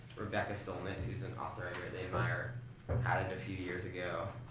rebecca solnit who's an author i really admire um had it a few years ago.